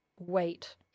Wait